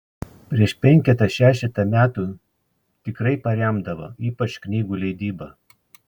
prieš penketą šešetą metų tikrai paremdavo ypač knygų leidybą